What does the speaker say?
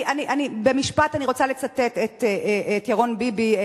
במשפט אני רוצה לצטט את ירון ביבי,